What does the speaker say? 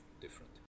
different